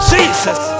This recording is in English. Jesus